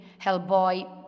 Hellboy